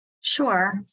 Sure